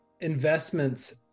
investments